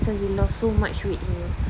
this [one] you lost so much weight here